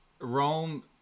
Rome